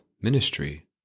ministry